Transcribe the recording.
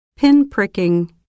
pinpricking